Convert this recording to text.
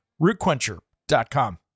RootQuencher.com